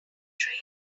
train